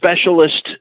specialist